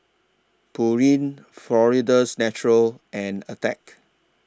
Pureen Florida's Natural and Attack